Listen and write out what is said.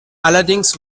allerdings